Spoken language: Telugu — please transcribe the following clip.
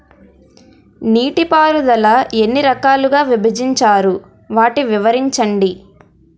నీటిపారుదల ఎన్ని రకాలుగా విభజించారు? వాటి వివరించండి?